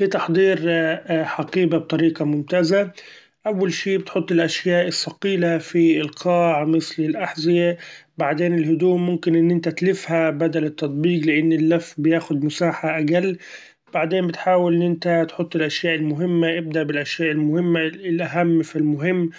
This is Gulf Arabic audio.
لتحضير ‹ hesitate › حقيبة بطريقة ممتازة; أول شي بتحط الاشياء الثقيلة في القاع مثل الاحذية ، بعدين الهدوم ممكن إن إنت تلفها بدل التطبيق لإن اللف بياخد مساحة اقل ، بعدين بتحأول إنت تحط الاشياء المهمة ابدأ بالاشياء المهمة الاهم فالمهم